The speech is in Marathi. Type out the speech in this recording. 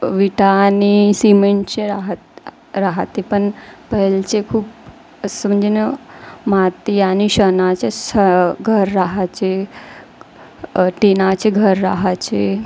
विटा आणि सिमेंटचे राहात राहात पण पहिलीची खूप असं म्हणजे न माती आणि शेणाचे स घर राहायचे टिनाचे घर राहायचे